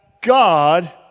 God